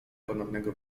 ponownego